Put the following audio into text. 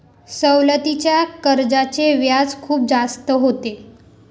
सवलतीच्या कर्जाचे व्याज खूप जास्त होते